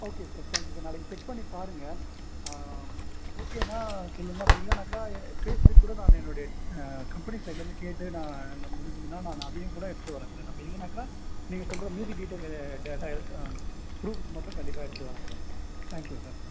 okay sir thank you sir நாளைக்கு check பண்ணி பாருங்கள் ஓகேன்னால் சொல்லுங்கள் அப்படி இல்லைனாக்கா எ பே ஸ்லிப் கூட நான் என்னுடைய கம்பெனி சைட்லேருந்து கேட்டு நான் முடிஞ்சுதுன்னால் நான் அதையும் கூட எடுத்துகிட்டு வரேன் சார் அப்படி இல்லைனாக்கா நீங்கள் சொல்கிற மீதி டீட்டைலு டேட்டா ப்ரூஃப் மட்டும் கண்டிப்பாக எடுத்துகிட்டு வரேன் சார் தேங்க் யூ சார்